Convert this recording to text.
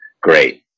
great